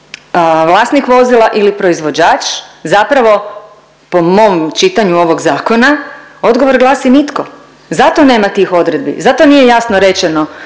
vlasnik vozila ili proizvođač? Zapravo po mom čitanju ovog zakona odgovor glasi nitko. Zato nema tih odredbi, zato nije jasno rečeno